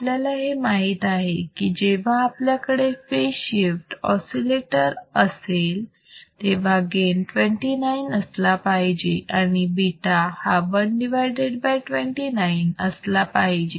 आपल्याला हे माहीत आहे की जेव्हा आपल्याकडे फेज शिफ्ट ऑसिलेटर असेल तेव्हा गेन 29 असला पाहिजे आणि β हा 129 असला पाहिजे